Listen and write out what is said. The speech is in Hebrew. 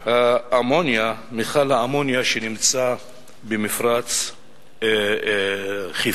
אמוניה, מכל האמוניה שנמצא במפרץ חיפה.